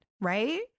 Right